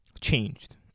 changed